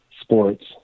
sports